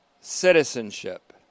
citizenship